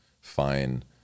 fine